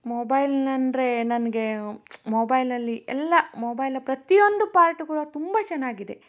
ಮೊಬೈಲ್ನಂದ್ರೆ ನನಗೆ ಮೊಬೈಲಲ್ಲಿ ಎಲ್ಲಾ ಮೊಬೈಲ ಪ್ರತಿಯೊಂದು ಪಾರ್ಟ್ ಕೂಡ ತುಂಬ ಚೆನ್ನಾಗಿದೆ